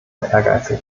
ehrgeizig